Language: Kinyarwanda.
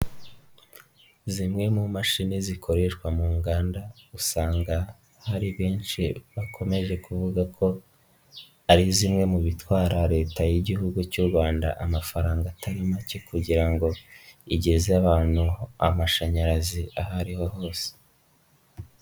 Zimwe mu mashini zikoreshwa mu nganda usanga hari benshi bakomeje kuvuga ko ari zimwe mu bitwara leta y'Igihugu cy'u Rwanda amafaranga atari make kugira ngo igeze abantu amashanyarazi aho ari ho hose.